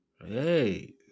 Hey